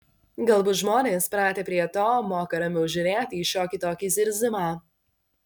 galbūt žmonės pratę prie to moka ramiau žiūrėti į šiokį tokį zirzimą